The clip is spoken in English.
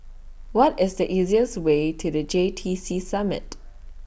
What IS The easiest Way to The J T C Summit